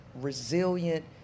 resilient